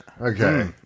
Okay